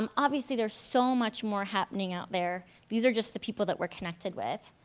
um obviously there's so much more happening out there, these are just the people that we're connected with.